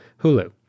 hulu